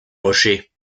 rochers